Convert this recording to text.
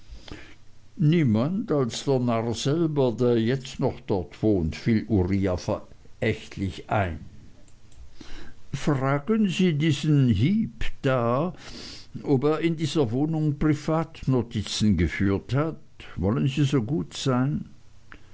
narr selber der jetzt noch dort wohnt fiel uriah verächtlich ein fragen sie diesen heep da ob er in dieser wohnung privatnotizen geführt hat wollen sie so gut sein